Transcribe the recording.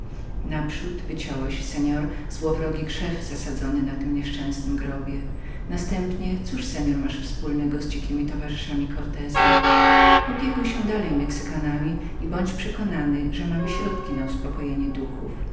naprzód wyciąłeś seor złowrogi krzew zasadzony na tym nieszczęsnym grobie następnie cóż seor masz wspólnego z dzikimi towarzyszami korteza opiekuj się dalej mexykanami i bądź przekonanym że mamy środki na uspokojenie duchów